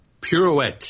Pirouette